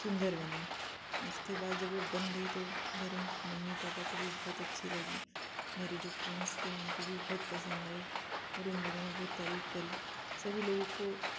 सुंदर बनी उसके बाद जब वो बन गई तो मेरे मम्मी पापा को भी बहुत अच्छी लगी मेरे जो फ्रेंड्स थे उनको भी बहुत पसंद आई और उन लोगों ने बहुत तारीफ करी सभी लोगों को